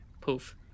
Poof